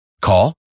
Call